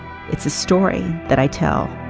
it's a story that i tell